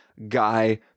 guy